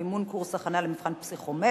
מימון קורס הכנה למבחן פסיכומטרי),